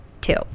two